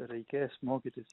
reikės mokytis